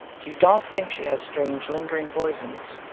she doth think she has strange ling'ring poisons.